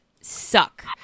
suck